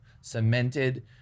cemented